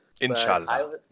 inshallah